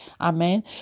Amen